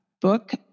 book